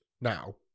now